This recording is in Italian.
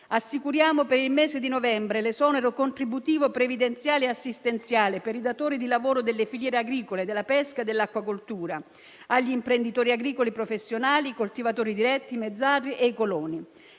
assicuriamo per il mese di novembre l'esonero contributivo, previdenziale e assistenziale per i datori di lavoro delle filiere agricole, della pesca e dell'acquacoltura, agli imprenditori agricoli professionali, ai coltivatori diretti, ai mezzadri e ai coloni.